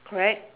correct